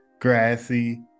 grassy